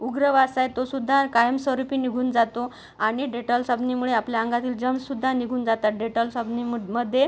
उग्र वास आहे तो सुद्धा कायमस्वरूपी निघून जातो आणि डेटॉल साबणामुळे आपल्या अंगातील जर्मस् सुद्धा निघून जातात डेटॉल साबणा मुद मध्ये